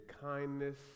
kindness